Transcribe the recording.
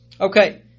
Okay